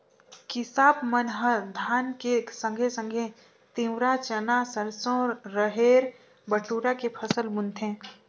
किसाप मन ह धान के संघे संघे तिंवरा, चना, सरसो, रहेर, बटुरा के फसल बुनथें